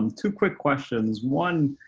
um two quick questions. one,